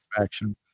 Action